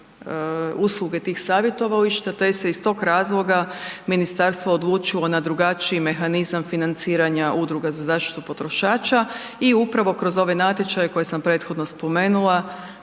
usluge tih savjetovališta te se iz tog razloga ministarstvo odlučilo na drugačiji mehanizam financiranja udruga za zaštitu potrošača i upravo kroz ove natječaje koje sam prethodno spomenula,